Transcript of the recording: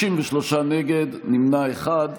63 נגד, נמנע אחד.